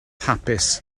hapus